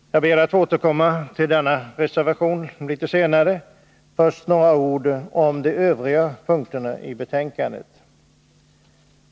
Jag ber att få återkomma till denna reservation litet senare — först några ord om de övriga punkterna i betänkandet.